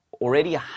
already